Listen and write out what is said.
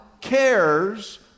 cares